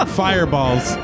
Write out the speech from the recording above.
fireballs